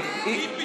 שאלתי שאלה פשוטה,